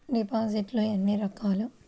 డిపాజిట్లు ఎన్ని రకాలు?